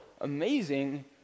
amazing